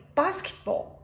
basketball